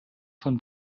von